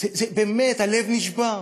הלב נשבר.